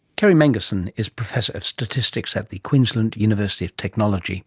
kerrie mengersen is professor of statistics at the queensland university of technology